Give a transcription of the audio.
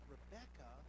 Rebecca